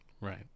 Right